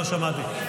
לא שמעתי.